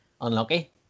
unlucky